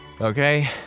Okay